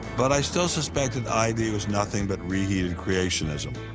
but i still suspected id was nothing but reheated creationism.